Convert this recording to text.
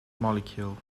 molecule